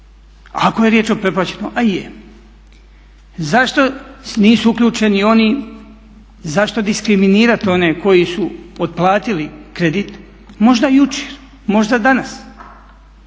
Ako je riječ o pretplaćenom a je. Zašto nisu uključeni oni, zašto diskriminirati one koji su otplatili kredit možda jučer, možda danas?